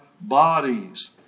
bodies